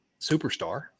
superstar